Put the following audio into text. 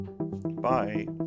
bye